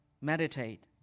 meditate